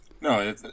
no